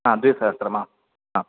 आं द्विसहस्रम् आम् आम्